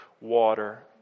water